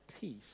peace